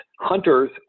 hunters